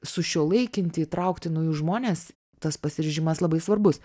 sušiuolaikinti įtraukti naujus žmones tas pasiryžimas labai svarbus